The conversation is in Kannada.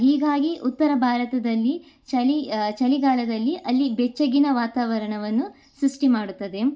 ಹೀಗಾಗಿ ಉತ್ತರ ಭಾರತದಲ್ಲಿ ಚಳಿ ಚಳಿಗಾಲದಲ್ಲಿ ಅಲ್ಲಿ ಬೆಚ್ಚಗಿನ ವಾತಾವರಣವನ್ನು ಸೃಷ್ಟಿ ಮಾಡುತ್ತದೆ